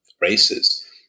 races